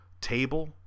table